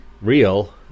real